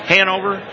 Hanover